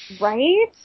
Right